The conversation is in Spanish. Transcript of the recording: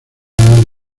han